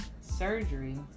surgery